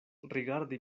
rigardi